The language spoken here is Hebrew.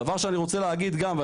דבר שאני רוצה להגיד גם,